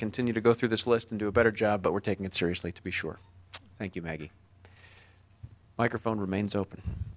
continue to go through this list and do a better job but we're taking it seriously to be sure thank you mag microphone remains open